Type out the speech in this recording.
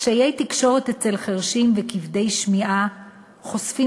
קשיי תקשורת אצל חירשים וכבדי שמיעה חושפים